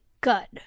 good